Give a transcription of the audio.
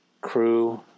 crew